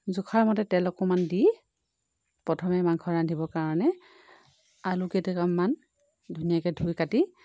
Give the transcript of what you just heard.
জোখৰ মতে তেল অকণমান দি প্ৰথমে মাংস ৰান্ধিবৰ কাৰণে আলু কেইটুকুৰামান ধুনীয়াকৈ ধুই কাটি